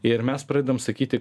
ir mes pradedam sakyti